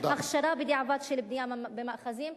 הכשרה בדיעבד של בנייה במאחזים,